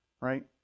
right